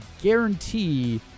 guarantee